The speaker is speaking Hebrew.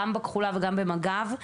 גם בכחולה וגם במג"ב.